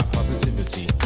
positivity